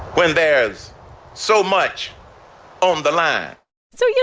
when there's so much on the line so, you